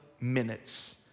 minutes